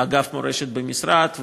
לאגף מורשת במשרד,